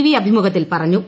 V അഭിമുഖത്തിൽ പറഞ്ഞു